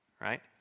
right